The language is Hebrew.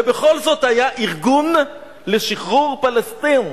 ובכל זאת היה ארגון לשחרור פלסטין,